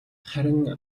харин